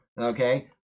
okay